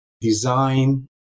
design